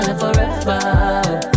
forever